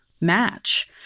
match